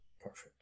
perfect